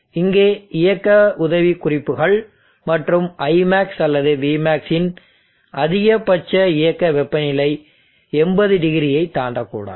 இங்கே இயக்க உதவிக்குறிப்புகள் மற்றும் Imax அல்லது Vmax இன் அதிகபட்ச இயக்க வெப்பநிலை 80 டிகிரியை தாண்டக்கூடாது